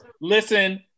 listen